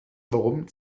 warum